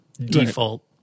default